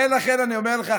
ולכן אני אומר לך,